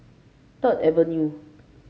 Third Avenue